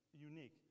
unique